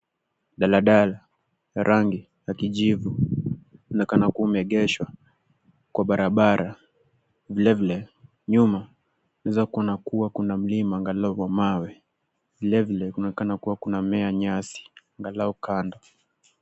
Daladala ya rangi ya kijivu inaonekana kuwa imeegeshwa kwa barabara. Vilevile nyuma tunaweza kuona kuwa kuna mlima angalau wa mawe. Vilevile kunaonekana kuwa kunamea nyasi angalau kando.